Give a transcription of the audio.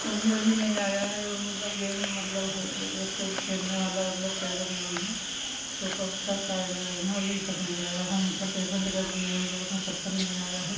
वह भी अभी नहीं आया है वह मतलब गेम ऊम मतलब है बच्चों के खेलने वाला मतलब कैरम जो है तो कब तक आएगा जो है अभी तक नहीं आया है मतलब पेमेन्ट कर दिए तब पर नहीं आया है